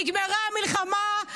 נגמרה המלחמה?